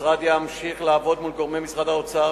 המשרד ימשיך לעבוד מול גורמי משרד האוצר,